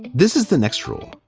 this is the next rule.